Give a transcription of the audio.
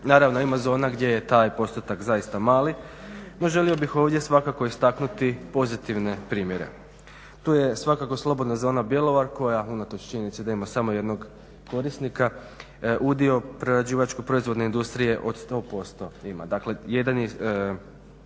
Naravno ima zona gdje je taj postotak zaista mali no želio bih ovdje svakako istaknuti pozitivne primjere. Tu je svakako slobodna zona Bjelovar koja unatoč činjenici da ima samo jednog korisnika udio prerađivačko proizvodne industrije od 100% ima,